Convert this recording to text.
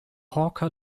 hawker